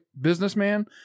businessman